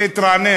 להתרענן,